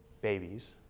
babies